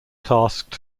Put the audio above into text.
tasked